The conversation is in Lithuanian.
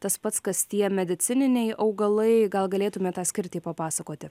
tas pats kas tie medicininiai augalai gal galėtumėt tą skirtį papasakoti